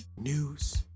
news